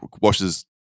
washes